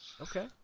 okay